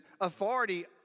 authority